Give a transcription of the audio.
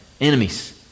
enemies